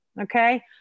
okay